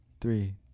three